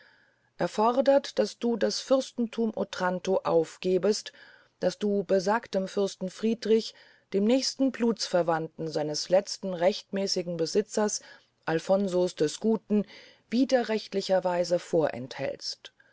er fordert daß du das fürstenthum otranto aufgebest das du besagtem fürsten friedrich dem nächsten blutsverwandten seines letzten rechtmäßigen besitzers alfonso des guten widerrechtlicher weise vorenthältst